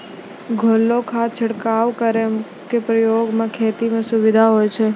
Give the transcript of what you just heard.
घोललो खाद छिड़काव केरो प्रयोग सें खेती म सुविधा होय छै